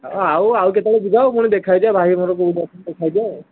ଆଉ ଆଉ କେତେବେଳେ ଯିବା ଆଉ ଫୁଣି ଦେଖା ହେଇଯିବା ଆଉ ଭାଇ ମୋର ଦେଖା ହେଇଯିବା ଆଉ